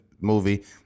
movie